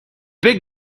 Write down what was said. big